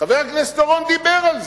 חבר הכנסת אורון דיבר על זה,